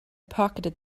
pocketed